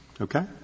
Okay